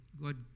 God